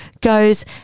goes